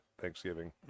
Thanksgiving